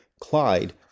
Clyde